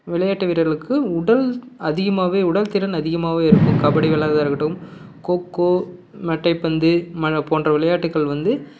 விளையாட்டு வீரர்களுக்கு உடல் அதிகமாக உடல் திறன் அதிகமாக இருக்கும் கபடி விளாட்றதா இருக்கட்டும் கொக்கோ மட்டைப்பந்து ம போன்ற விளையாட்டுகள் வந்து